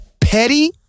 petty